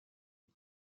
بود